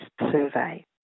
survey